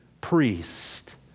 priest